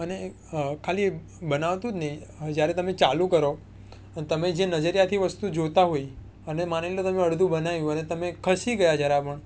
અને ખાલી બનાવતું જ નહીં અને જ્યારે તમે ચાલુ કરો અને તમે જે નજરિયાથી વસ્તુ જોતા હોય અને માની લો તમે અડધું બનાવ્યું અને તમે ખસી ગયા જરા પણ